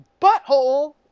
butthole